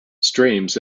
streams